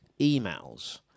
emails